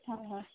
হয় হয়